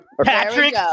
Patrick